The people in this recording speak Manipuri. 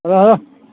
ꯍꯥꯏꯔꯛꯑꯣ ꯍꯥꯏꯔꯛꯑꯣ